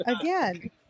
Again